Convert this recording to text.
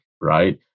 right